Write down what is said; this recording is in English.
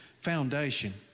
foundation